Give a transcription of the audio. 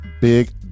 big